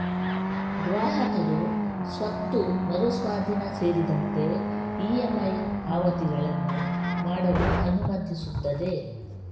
ಗ್ರಾಹಕರು ಸ್ವತ್ತು ಮರು ಸ್ವಾಧೀನ ಸೇರಿದಂತೆ ಇ.ಎಮ್.ಐ ಪಾವತಿಗಳನ್ನು ಮಾಡಲು ಅನುಮತಿಸುತ್ತದೆ